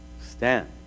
Stand